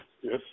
Yes